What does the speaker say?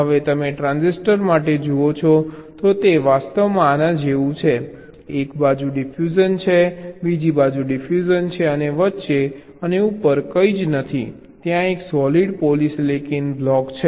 હવે તમે ટ્રાન્સિસ્ટર માટે જુઓ છો તો તે વાસ્તવમાં આના જેવું છે એક બાજુ ડિફ્યુઝન છે બીજી બાજુ ડિફ્યુઝન છે વચ્ચે અને ઉપર કંઈ નથી ત્યાં એક સોલિડ પોલિસિલિકન બ્લોક છે